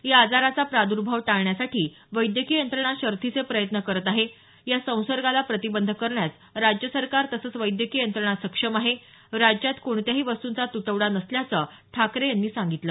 या आजाराचा प्रादर्भाव टाळण्यासाठी वैद्यकीय यंत्रणा शर्थीचे प्रयत्न करत आहे या संसर्गाला प्रतिबंध करण्यास राज्य सरकार तसंच वैद्यकीय यंत्रणा सक्षम आहे राज्यात कोणत्याही वस्तुंचा तुटवडा नसल्याचं ठाकरे यांनी सांगितलं